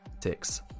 Ticks